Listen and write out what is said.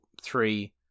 three